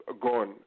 gone